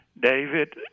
David